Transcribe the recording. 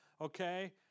Okay